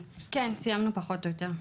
כן, סיימנו פחות או יותר.